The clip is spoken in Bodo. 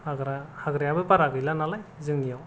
हाग्रा हाग्राआबो बारा गैला नालाय जोंनिआव